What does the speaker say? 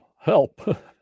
Help